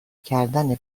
کردن